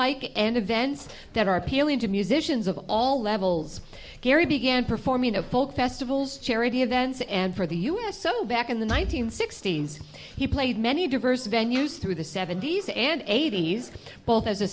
mike and events that are appealing to musicians of all levels gary began performing of folk festivals charity events and for the us so back in the one nine hundred sixty s he played many diverse venues through the seventy's and eighty's both as a